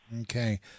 Okay